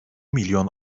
milyon